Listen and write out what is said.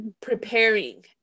preparing